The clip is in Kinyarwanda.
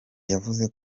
yavuze